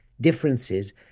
differences